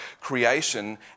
creation